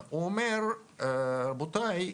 הוא אומר: רבותיי,